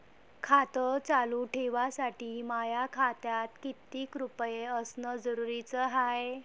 खातं चालू ठेवासाठी माया खात्यात कितीक रुपये असनं जरुरीच हाय?